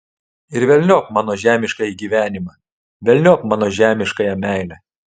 ir velniop mano žemiškąjį gyvenimą velniop mano žemiškąją meilę